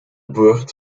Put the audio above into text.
buurt